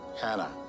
Hannah